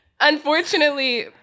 unfortunately